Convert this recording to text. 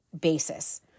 basis